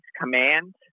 Command